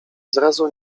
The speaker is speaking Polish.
zrazu